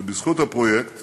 ובזכות הפרויקט